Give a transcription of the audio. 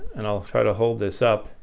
and i'll try to hold this up,